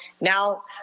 now